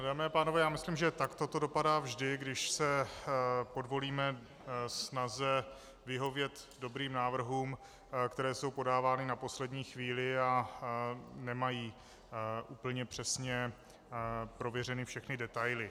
Dámy a pánové, já myslím, že takto to dopadá vždy, když se podvolíme snaze vyhovět dobrým návrhům, které jsou podávány na poslední chvíli a nemají úplně přesně prověřeny všechny detaily.